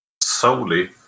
solely